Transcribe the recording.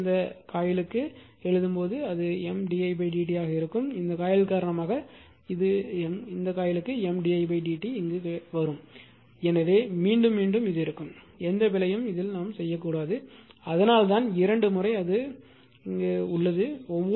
ஒருமுறை இந்த காயிலுக்கு எழுதும் போது அது M d idt ஆக இருக்கும் இந்த காயில் காரணமாக இந்த காயிலுக்கு M d idt வரும் எனவே மீண்டும் மீண்டும் இது இருக்கும் எந்த பிழையும் செய்யக்கூடாது அதனால்தான் இரண்டு முறை அது உள்ளது